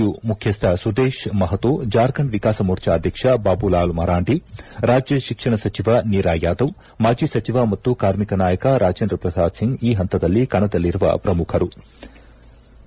you ಮುಖ್ಯಸ್ವ ಸುದೇಶ್ ಮಹತೋ ಜಾರ್ಖಂಡ್ ವಿಕಾಸ ಮೋರ್ಜಾ ಅಧ್ಯಕ್ಷ Babulal Marandi ರಾಜ್ಯ ಶಿಕ್ಷಣ ಸಚಿವ ನೀರಾ ಯಾದವ್ ಮಾಜಿ ಸಚಿವ ಮತ್ತು ಕಾರ್ಮಿಕ ನಾಯಕ ರಾಜೇಂದ್ರ ಪ್ರಸಾದ್ ಸಿಂಗ್ ಈ ಹಂತದಲ್ಲಿ ಕಣದಲ್ಲಿರುವ ಪ್ರಮುಖರಾಗಿದ್ದಾರೆ